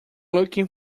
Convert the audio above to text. looking